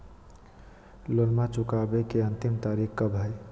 लोनमा चुकबे के अंतिम तारीख कब हय?